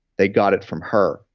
they got it from her.